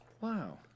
wow